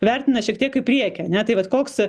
vertina šiek tiek į priekį ane tai vat koks